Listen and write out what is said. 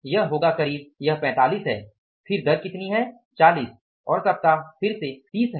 यह होगा करीब यह 45 है फिर दर कितनी है 40 और सप्ताह फिर से 30 है